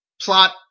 Plot